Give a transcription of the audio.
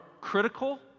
critical